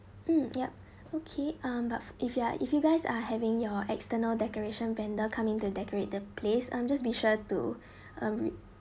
mm yup okay ah but if you are if you guys are having your external decoration vendor coming to decorate the place um just be sure to um re~